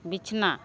ᱵᱤᱪᱷᱱᱟ